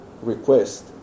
request